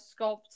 sculpt